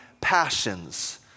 passions